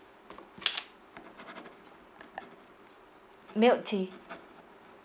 milk tea